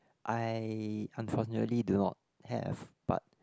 I unfortunately do not have but